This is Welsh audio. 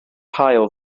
haul